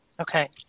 Okay